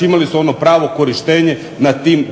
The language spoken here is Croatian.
imali su ono pravo korištenje nad tim